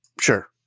Sure